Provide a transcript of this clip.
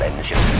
and mission